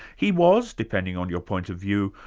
he was, depending on your point of view,